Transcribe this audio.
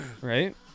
Right